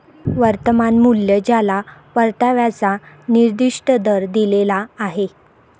वर्तमान मूल्य ज्याला परताव्याचा निर्दिष्ट दर दिलेला आहे